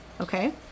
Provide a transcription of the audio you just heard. okay